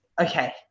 okay